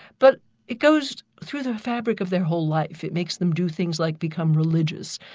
but it goes through the fabric of their whole life it makes them do things like become religious,